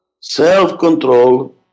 Self-control